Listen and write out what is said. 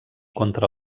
contra